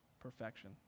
perfection